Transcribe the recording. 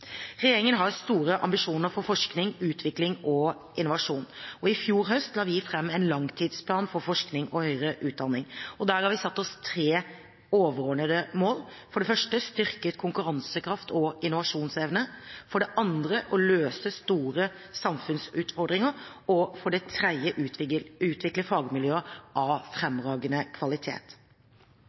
Regjeringen har store ambisjoner for forskning, utvikling og innovasjon, og i fjor høst la vi fram en langtidsplan for forskning og høyere utdanning. Der har vi satt oss tre overordnede mål. Vi vil styrke konkurransekraften og innovasjonsevnen løse store samfunnsutfordringer utvikle fagmiljøer av fremragende kvalitet Flere av prioriteringsområdene i langtidsplanen er relevante for vannbransjen. Det